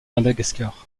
madagascar